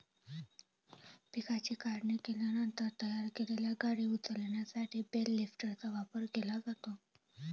पिकाची काढणी केल्यानंतर तयार केलेल्या गाठी उचलण्यासाठी बेल लिफ्टरचा वापर केला जातो